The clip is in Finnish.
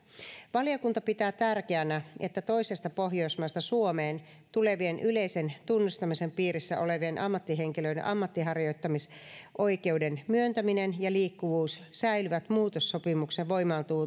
valiokunta pitää tärkeänä että toisesta pohjoismaasta suomeen tulevien yleisen tunnustamisen piirissä olevien ammattihenkilöiden ammatinharjoittamisoikeuden myöntäminen ja liikkuvuus säilyvät muutossopimuksen voimaan